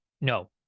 No